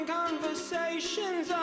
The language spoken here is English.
conversations